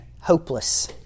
hopeless